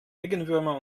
regenwürmer